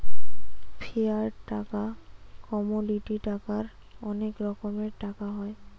fiat টাকা, commodity টাকার অনেক রকমের টাকা হয়